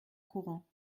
courant